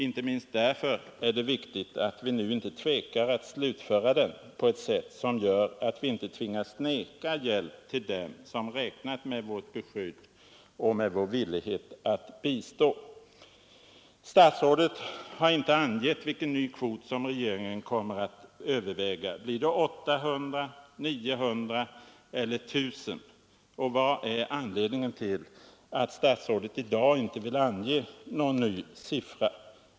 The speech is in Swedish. Inte minst därför är det viktigt att vi inte tvekar att slutföra detta på ett sätt som gör att vi inte tvingas neka hjälp till dem som räknat med vårt beskydd och med vår villighet att bistå. Statsrådet har inte angett vilken ny kvot regeringen kommer att överväga. Blir det 800 900 eller 1 000? Vad är anledningen till att statsrådet i dag inte vill ange någon ny siffra?